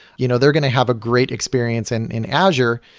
you know they're going to have a great experience and in azure,